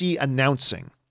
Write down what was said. announcing